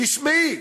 תשמעי,